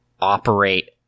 operate